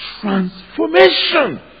transformation